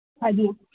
ꯍꯥꯏꯕꯤꯌꯨ